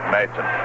Mason